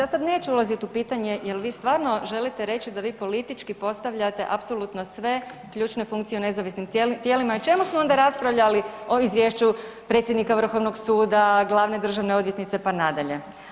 Ja sad neću ulazit u pitanje jel vi stvarno želite reći da vi politički postavljate apsolutno sve ključne funkcije u nezavisnim tijelima i čemu smo onda raspravljali o Izvješću predsjednika Vrhovnog suda, glavne državne odvjetnice pa nadalje?